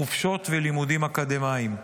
חופשות ולימודים אקדמיים.